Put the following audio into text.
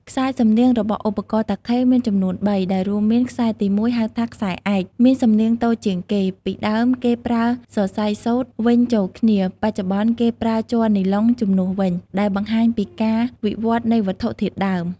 ខ្សែសំនៀងរបស់ឧបករណ៍តាខេមានចំនួនបី ដែលរួមមាន ខ្សែទីមួយ ហៅថា ខ្សែឯក មានសំនៀងតូចជាងគេ ពីដើមគេប្រើសរសៃសូត្រវេញចូលគ្នា បច្ចុប្បន្នគេប្រើជ័រនីឡុងជំនួសវិញ ដែលបង្ហាញពីការវិវត្តន៍នៃវត្ថុធាតុដើម។